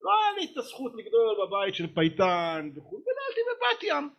לא הייתה לי את הזכות לגדול בבית של פייטן וכו' גדלתי בבת ים